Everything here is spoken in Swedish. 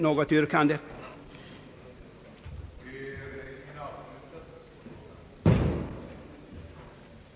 nan ort än den, där han hade sin bostad;